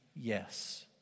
yes